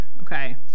Okay